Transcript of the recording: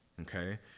okay